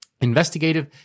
Investigative